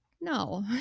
no